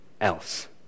else